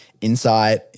insight